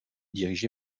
dirigé